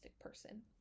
person